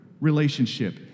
relationship